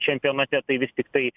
čempionate tai vis tiktai